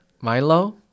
Milo